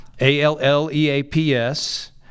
A-L-L-E-A-P-S